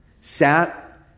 sat